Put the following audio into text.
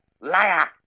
Liar